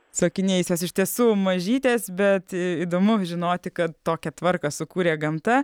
su akiniais jos iš tiesų mažytės bet įdomu žinoti kad tokią tvarką sukūrė gamta